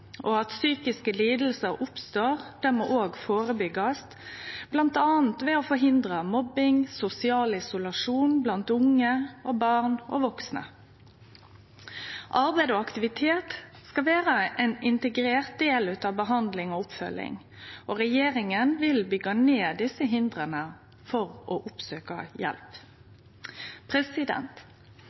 At psykiske lidingar oppstår, må førebyggjast, bl.a. ved å forhindre mobbing og sosial isolasjon blant unge, barn og vaksne. Arbeid og aktivitet skal vere ein integrert del av behandlinga og oppfølginga. Regjeringa vil byggje ned hindera for å oppsøkje hjelp.